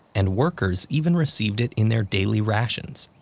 and workers even received it in their daily rations.